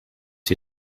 die